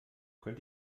könnt